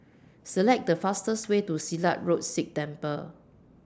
Select The fastest Way to Silat Road Sikh Temple